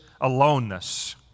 aloneness